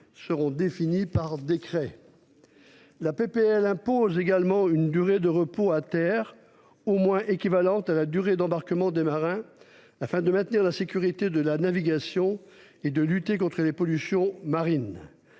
seront définies par décret. La proposition de loi impose également une durée de repos à terre au moins équivalente à la durée d'embarquement des marins afin d'assurer la sécurité de la navigation et de lutter contre les pollutions marines.